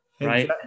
right